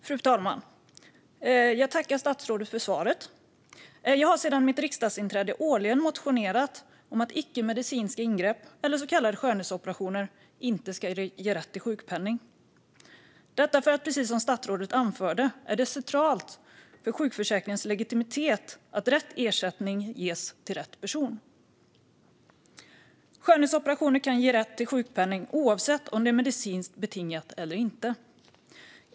Fru talman! Jag tackar statsrådet för svaret. Jag har sedan mitt riksdagsinträde årligen motionerat om att icke-medicinska ingrepp, eller så kallade skönhetsoperationer, inte ska ge rätt till sjukpenning. Det har jag gjort eftersom det, precis som statsrådet anförde, är centralt för sjukförsäkringens legitimitet att rätt ersättning ges till rätt person. Skönhetsoperationer kan ge rätt till sjukpenning oavsett om de är medicinskt betingade eller inte.